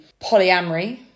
polyamory